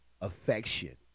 affection